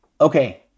Okay